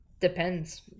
depends